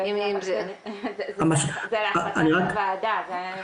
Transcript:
זה להחלטת הוועדה.